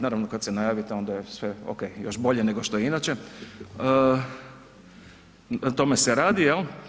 Naravno kad se najavite onda je sve ok, još bolje nego što je inače, o tome se radi je.